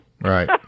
Right